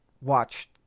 watched